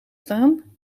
staan